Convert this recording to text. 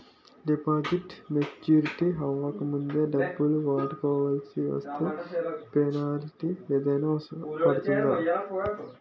Deposit maturity అవ్వక ముందే డబ్బులు వాడుకొవాల్సి వస్తే పెనాల్టీ ఏదైనా పడుతుందా?